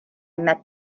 met